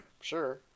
Sure